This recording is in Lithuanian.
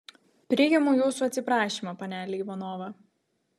priimu jūsų atsiprašymą panele ivanova